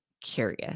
curious